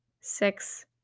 six